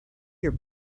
your